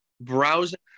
Browsing